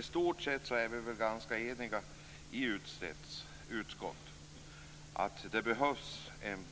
I stort sätt är vi väl ganska eniga i utskottet om att det behövs en